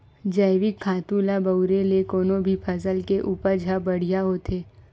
जइविक खातू ल बउरे ले कोनो भी फसल के उपज ह बड़िहा होथे